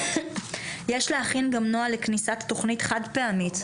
יש להכין גם נוהל לכניסת תוכנית חד-פעמית,